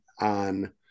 on